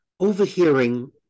overhearing